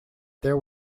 there